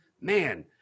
man